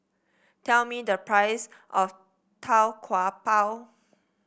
tell me the price of Tau Kwa Pau